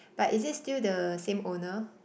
but is it still the same owner